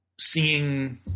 seeing –